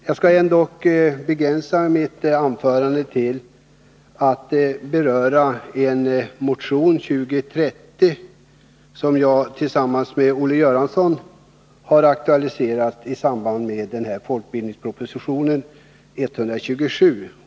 Jag skall ändå begränsa mitt anförande till en motion, nr 2030, som jag tillsammans med Olle Göransson har aktualiserat i samband med folkbildningspropositionen, nr 127.